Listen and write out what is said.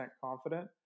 confident